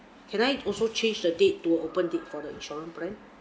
can I also change the date to open date for the insurance plan